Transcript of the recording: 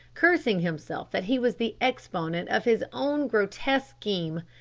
cursing himself that he was the exponent of his own grotesque scheme.